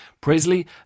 Presley